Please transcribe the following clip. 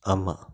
ஆமாம்